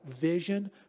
vision